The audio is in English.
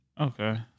Okay